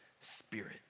spirit